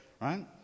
right